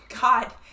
God